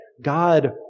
God